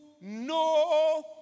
no